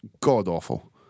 god-awful